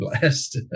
blessed